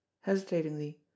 hesitatingly